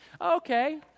Okay